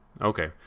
Okay